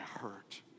hurt